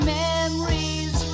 memories